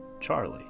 Charlie